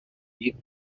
meet